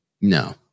No